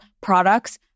products